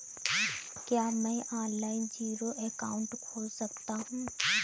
क्या मैं online zero account खोल सकता हूँ?